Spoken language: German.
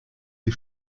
die